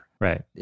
Right